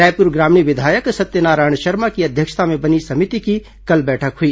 रायपुर ग्रामीण विधायक सत्यनारायण शर्मा की अध्यक्षता में बनी समिति की कल बैठक हुई